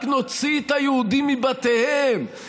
רק נוציא את היהודים מבתיהם,